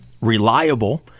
reliable